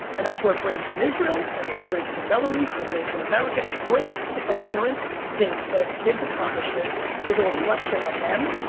and that's where it breaks in israel, and in breaks in and belarus, and breaks in america. it breaks if a parent thinks that a kid's accomplishment is a reflection on them,